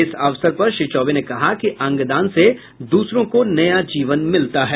इस अवसर पर श्री चौबे ने कहा कि अंगदान से दूसरों को नया जीवन मिलता है